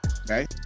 Okay